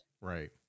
Right